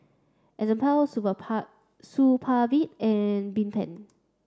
Enzyplex Supravit and Bedpans